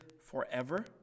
forever